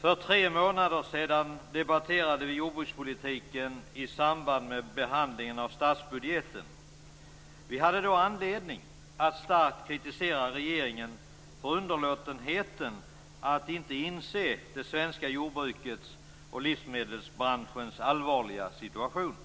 För tre månader sedan debatterade vi jordbrukspolitiken i samband med behandlingen av statsbudgeten. Vi hade då anledning att starkt kritisera regeringen för underlåtenheten att inte inse det svenska jordbrukets och livsmedelsbranschens allvarliga situation.